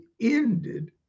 ended